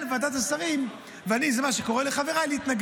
בכלל זה השלכות תקציביות במיליארדי שקלים והשלכות בנושא כוח